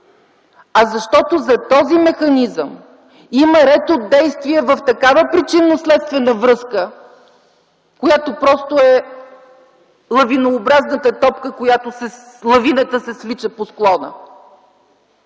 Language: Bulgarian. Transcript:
а защото зад този механизъм има ред от действия в такава причинно-следствена връзка, която просто е лавинообразната топка, с която лавината се свлича по склона.